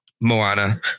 Moana